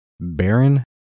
Baron